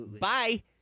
bye